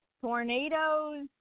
tornadoes